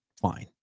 fine